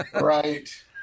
Right